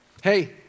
Hey